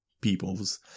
peoples